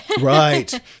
Right